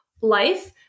life